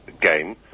game